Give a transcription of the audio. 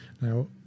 Now